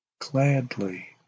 gladly